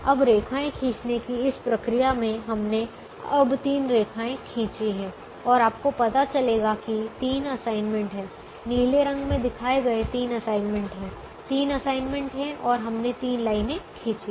अब रेखाएँ खींचने की इस प्रक्रिया में हमने अब तीन रेखाएँ खींची हैं और आपको पता चलेगा कि 3 असाइनमेंट हैं नीले रंग में दिखाए गए 3 असाइनमेंट हैं 3 असाइनमेंट हैं और हमने तीन लाइनें खींची हैं